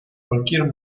cualquier